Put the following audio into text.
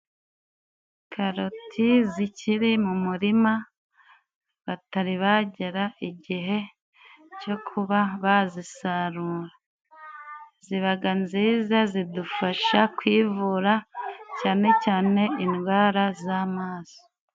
Karoti zikiri mu murima, batari bagera igihe cyo kuba bazisarura, ziba nziza zidufasha kwivura cyane cyane indwara z'amaso.